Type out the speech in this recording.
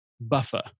buffer